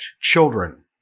children